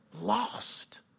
Lost